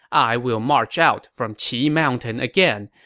i will march out from qi mountain again,